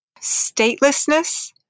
statelessness